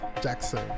Jackson